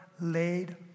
laid